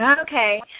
Okay